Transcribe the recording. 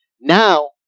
Now